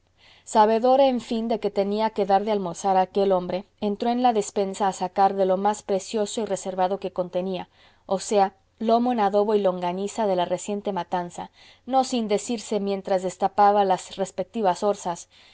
sabedora en fin de que tenía que dar de almorzar a aquel hombre entró en la despensa a sacar de lo más precioso y reservado que contenía o sea lomo en adobo y longaniza de la reciente matanza no sin decirse mientras destapaba las respectivas orzas